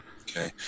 Okay